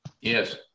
Yes